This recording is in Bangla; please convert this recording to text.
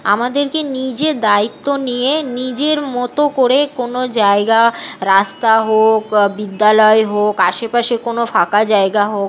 আমাদেরকে নিজে দায়িত্ব নিয়ে নিজের মতো করে কোনো জায়গা রাস্তা হোক বিদ্যালয় হোক আশেপাশে কোনো ফাঁকা জায়গা হোক